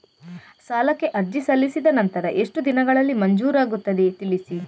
ಸಾಲಕ್ಕೆ ಅರ್ಜಿ ಸಲ್ಲಿಸಿದ ನಂತರ ಎಷ್ಟು ದಿನಗಳಲ್ಲಿ ಮಂಜೂರಾಗುತ್ತದೆ ತಿಳಿಸಿ?